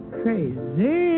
crazy